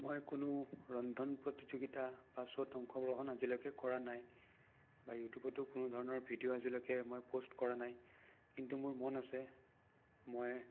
মই কোনো ৰন্ধন প্ৰতিযোগীতা বা শ্ব'ত অংশগ্ৰহণ আজিলৈকে কৰা নাই বা ইউটিউবতো কোনোধৰণৰ ভিডিঅ' আজিলৈকে মই প'ষ্ট কৰা নাই কিন্তু মোৰ মন আছে মই